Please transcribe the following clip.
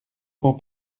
beau